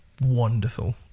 wonderful